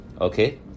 Okay